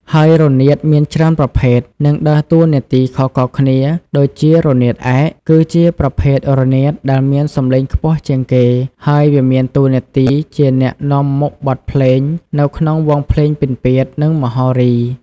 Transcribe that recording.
ហើយរនាតមានច្រើនប្រភេទ និងដើរតួនាទីខុសៗគ្នា ដួចជា រនាតឯក គឺជាប្រភេទរនាតដែលមានសំឡេងខ្ពស់ជាងគេ ហើយវាមានតួនាទីជាអ្នកនាំមុខបទភ្លេងនៅក្នុងវង់ភ្លេងពិណពាទ្យ និងមហោរី។